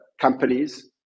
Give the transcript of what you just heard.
companies